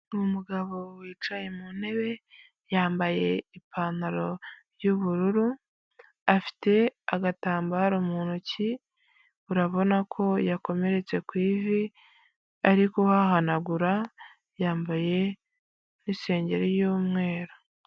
Umugabo wicaye mu ntebe yambaye ipantaro y'ubururu, afite agatambaro mu ntoki. Urabona ko yakomeretse ku ivi ari kuhahanagura, yambaye n'insenge y'umweru.